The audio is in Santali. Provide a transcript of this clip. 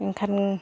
ᱮᱱᱠᱷᱟᱱ